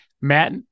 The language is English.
Matt